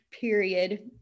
period